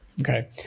Okay